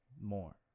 more